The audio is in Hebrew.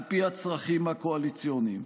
על פי הצרכים הקואליציוניים.